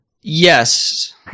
Yes